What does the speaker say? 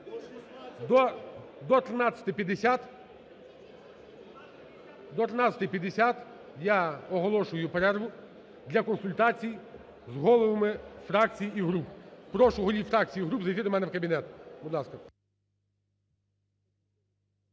До 13:50 я оголошую перерву для консультацій з головами фракцій і груп. Прошу голів фракцій і груп зайти до мене в кабінет.